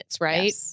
right